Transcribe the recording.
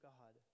God